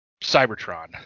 Cybertron